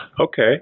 Okay